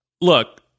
Look